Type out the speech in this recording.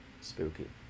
Spooky